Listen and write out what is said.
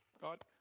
God